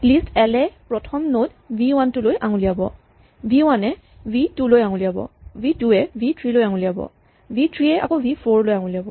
list এল এ প্ৰথম নড ভি ৱান টোলৈ আঙুলিয়াব ভি ৱান এ ভি টু লৈ আঙুলিয়াব ভি টু এ ভি থ্ৰী লৈ আঙুলিয়াব ভি থ্ৰী এ ভি ফ'ৰ লৈ আঙুলিয়াব